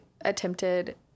attempted